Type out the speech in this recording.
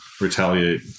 retaliate